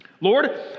Lord